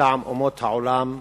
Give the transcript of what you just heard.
לטעם אומות העולם,